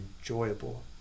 enjoyable